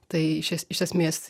tai iš es iš esmės